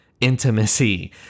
intimacy